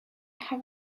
have